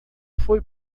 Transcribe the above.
foi